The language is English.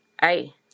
hey